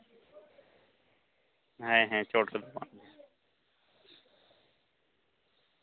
ᱦᱮᱸ ᱦᱮᱸ ᱪᱚᱴ ᱨᱮ ᱠᱷᱚᱱ ᱫᱚ